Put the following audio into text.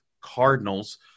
Cardinals